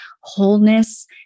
wholeness